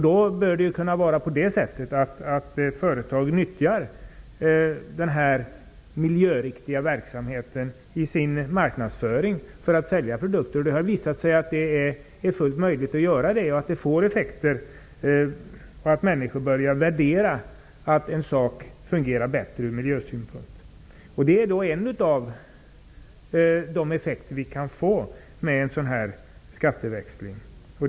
Då bör företag kunna nyttja den miljöriktiga verksamheten i sin marknadsföring för att sälja produkter. Det har visat sig att det är fullt möjligt och att det får effekter. Människor börjar värdera att en sak fungerar bättre ur miljösynpunkt. Det är en av de effekter vi kan få med en sådan här skatteväxling.